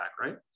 right